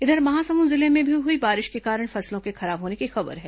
इधर महासमुंद जिले में भी हुई बारिश के कारण फसलों के खराब होने की खबर है